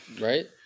Right